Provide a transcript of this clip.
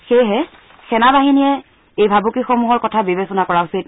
সেয়েহে সেনা বাহিনীৰ এই ভাবুকিসমূহৰ কথা বিবেচনা কৰা উচিত